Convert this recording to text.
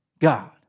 God